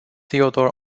theodore